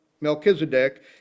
Melchizedek